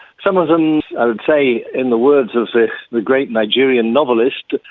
some of them, i would say, in the words of the great nigerian novelist,